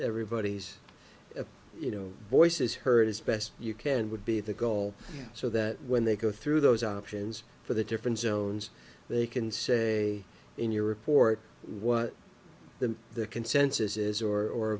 everybody's you know voices heard as best you can would be the goal so that when they go through those options for the different jones they can say in your report what the consensus is